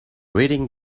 reading